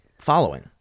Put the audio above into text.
following